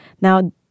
Now